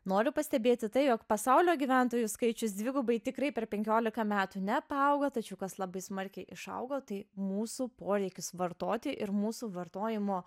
noriu pastebėti tai jog pasaulio gyventojų skaičius dvigubai tikrai per penkiolika metų neatauga tačiau kas labai smarkiai išaugo tai mūsų poreikis vartoti ir mūsų vartojimo